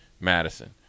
Madison